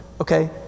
okay